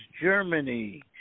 Germany